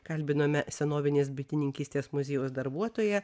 kalbinome senovinės bitininkystės muziejaus darbuotoją